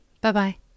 Bye-bye